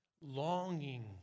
Longing